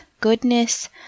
goodness